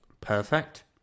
perfect